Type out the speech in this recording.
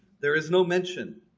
there is no mention.